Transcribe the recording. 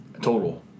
total